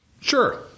Sure